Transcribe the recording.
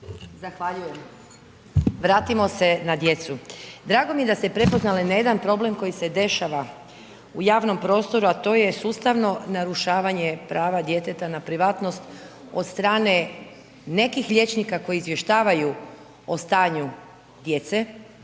Zahvaljujem. Vratimo se na djecu. Drago mi je da ste prepoznale na jedan problem koji se dešava u javnom prostoru a to je sustavno narušavanje prava djeteta na privatnost od strane nekih liječnika koji izvještavaju o stanju djece